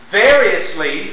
variously